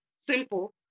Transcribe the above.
simple